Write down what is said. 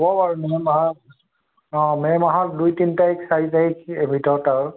হ'ব বাৰু মে' মাহ অঁ মে' মাহৰ দুই তিন তাৰিখ চাৰি তাৰিখৰ ভিতৰত আৰু